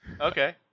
Okay